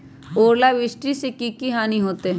ओलावृष्टि से की की हानि होतै?